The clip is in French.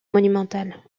monumentales